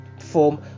form